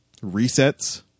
resets